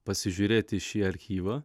pasižiūrėti šį archyvą